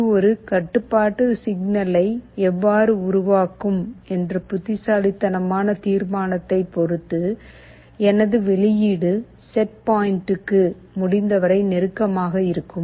இது ஒரு கட்டுப்பாட்டு சிக்னலை எவ்வாறு உருவாக்கும் என்ற புத்திசாலித்தனமான தீர்மானத்தை பொறுத்து எனது வெளியீடு செட் பாயிண்டுக்கு முடிந்தவரை நெருக்கமாக இருக்கும்